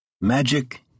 Magic